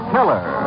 Killer